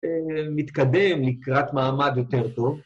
‫מתקדם לקראת מעמד יותר טוב.